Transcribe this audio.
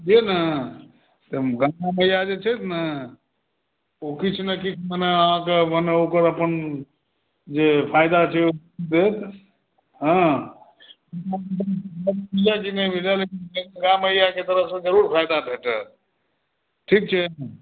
बुझलियै ने गङ्गा मैया जे छथि ने ओ किछु ने किछु मने अहाँकेँ मने अपन ओकर अपन जे फायदा छै ओ कहियौ हँ मिले नहि मिले लेकिन गङ्गा मैयाकेँ तरफसे जरूर फायदा भेटै ठीक छै